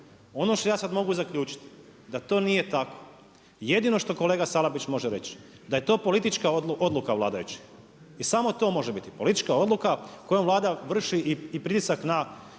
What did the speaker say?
Ono što ja sad mogu zaključiti da to nije tako. Jedino što kolega Salapić može reći da je to politička odluka vladajućih, i samo to može biti. Politička odluka kojom Vlada vrši i pritisak na